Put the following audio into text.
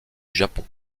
japon